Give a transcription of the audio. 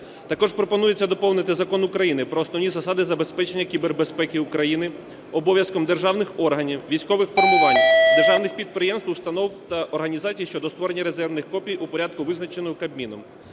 Також пропонується доповнити Закон України "Про основні засади забезпечення кібербезпеки України" обов'язком державних органів, військових формувань, державних підприємств, установ та організацій щодо створення резервних копій у порядку, визначеному Кабміном.